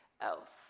else